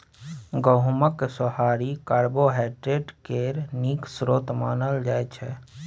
गहुँमक सोहारी कार्बोहाइड्रेट केर नीक स्रोत मानल जाइ छै